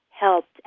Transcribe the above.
helped